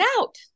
out